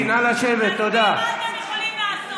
תסביר מה אתם יכולים לעשות,